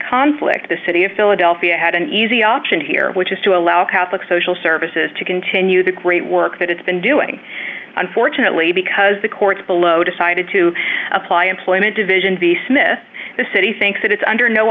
conflict the city of philadelphia had an easy option here which is to allow catholic social services to continue the great work that it's been doing unfortunately because the courts below decided to apply employment division v smith the city thinks it is under no